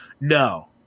no